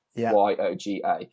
y-o-g-a